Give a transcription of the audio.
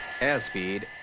Airspeed